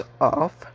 off